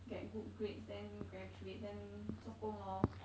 get good grades then graduate then 做工 lor